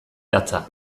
datza